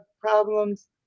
problems